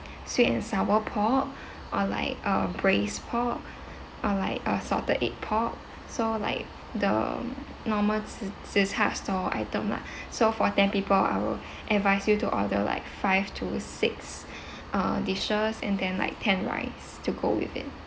sweet and sour pork or like uh braised pork or like a salted egg pork so like the normal tze char store item lah so for ten people I will advise you to order like five to six uh dishes and then like ten rice to go with it